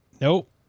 Nope